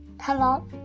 hello